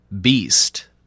beast